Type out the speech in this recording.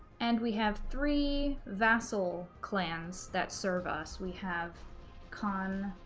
and we have three vassal clans that serve us. we have qan